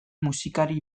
musikari